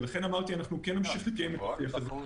ולכן אמרתי שאנחנו כן נמשיך לקיים את השיח הזה.